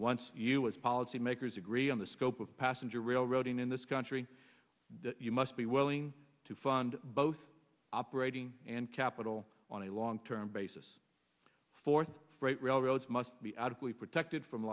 once u s policymakers agree on the scope of passenger railroading in this country you must be willing to fund both operating and capital on a long term basis for freight railroads must be adequately protected from